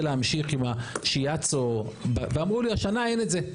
להמשיך עם השיאצו ואמרו לי השנה אין את זה.